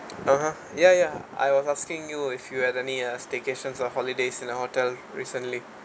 (uh huh) ya ya I was asking you if you have any uh staycations or holidays in a hotel recently